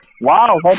Wow